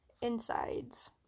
insides